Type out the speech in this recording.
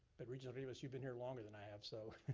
but regent rivas you've been here longer than i have, so.